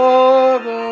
Father